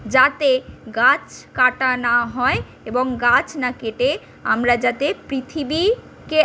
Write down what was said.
যাতে গাছ কাটা না হয় এবং গাছ না কেটে আমরা যাতে পৃথিবীকে